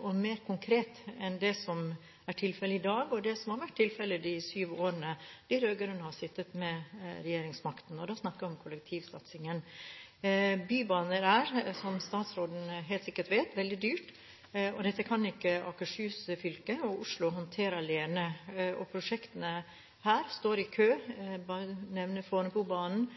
og mer konkret enn det som er tilfellet i dag, og det som har vært tilfellet i løpet av de syv årene de rød-grønne har sittet med regjeringsmakten – og da snakker jeg om kollektivsatsingen. Bybaner er, som statsråden helt sikkert vet, veldig dyre, og dette kan ikke Akershus fylke og Oslo håndtere alene. Prosjektene her står i kø. Jeg vil bare nevne Fornebubanen, banen